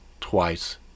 twice